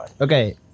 Okay